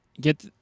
get